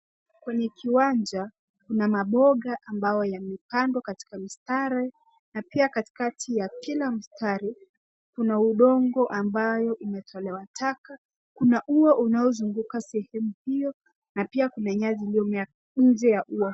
Kwenye kiwanja kuna maboga ambayo yamepandwa katika mstari na pia katikati ya kila mstari kuna udongo ambao umetolewa tolewa taka . Kuna ua unaozunguka sehemu hiyo na pia kuna nyasi iliyomea nje ya ua.